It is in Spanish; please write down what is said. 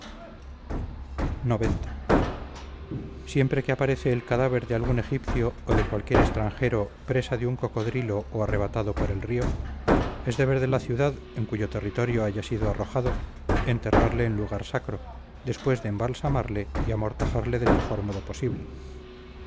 xc siempre que aparece el cadáver de algún egipcio o de cualquier extranjero presa de un cocodrilo o arrebatado por el río es deber de la ciudad en cuyo territorio haya sido arrojado enterrarle en lugar sacro después de embalsamarle y amortajarle del mejor modo posible